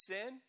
Sin